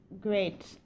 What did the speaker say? great